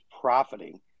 profiting